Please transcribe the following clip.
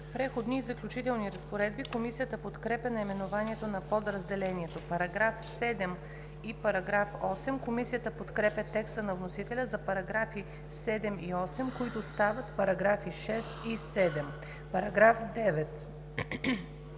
„Преходни и заключителни разпоредби“. Комисията подкрепя наименованието на подразделението. Комисията подкрепя текста на вносителя за параграфи 7 и 8, които стават параграфи 6 и 7. Комисията